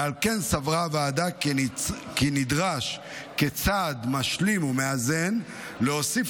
ועל כן סברה הוועדה כי כצעד משלים ומאזן נדרש להוסיף